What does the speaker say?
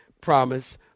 promise